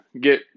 get